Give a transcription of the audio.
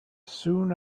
soon